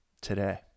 today